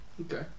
Okay